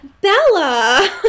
Bella